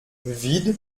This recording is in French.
vide